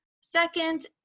second